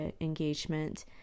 engagement